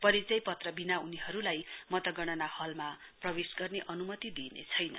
परिचयपत्र बिना उनीहरुलाई मतगणना हलमा प्रवेश गर्ने अनुमति दिइनेछैन